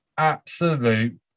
absolute